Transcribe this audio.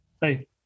hey